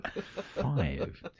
Five